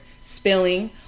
spilling